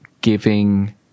giving